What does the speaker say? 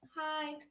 Hi